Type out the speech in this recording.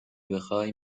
بخای